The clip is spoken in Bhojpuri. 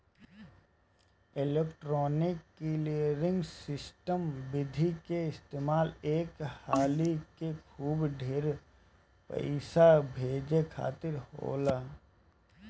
इलेक्ट्रोनिक क्लीयरिंग सिस्टम विधि के इस्तेमाल एक हाली में खूब ढेर पईसा भेजे खातिर होला